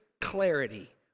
clarity